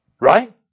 Right